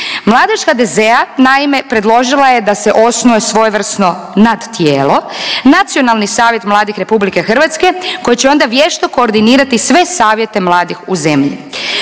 Mladež HDZ-a naime predložila je da se osnuje svojevrsno nadtijelo, Nacionalni savjet mladih Republike Hrvatske koji će onda vješto koordinirati sve savjete mladih u zemlji.